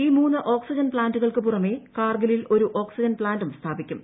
ഈ മൂന്ന് ഓക്സിജൻ പ്ലാന്റുകൾക്ക് പുറമെ കാർഗിലിൽ ഒരു ഓക ്സിജൻ പ്ലാന്റ് സ്ഥാപിക്കും